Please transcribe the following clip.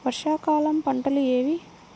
వర్షాకాలం పంటలు ఏవి?